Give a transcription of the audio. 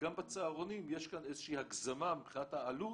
וגם בצהרונים, יש כאן איזושהי הגזמה מבחינת העלות